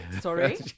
Sorry